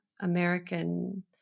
American